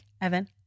Evan